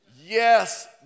Yes